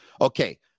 Okay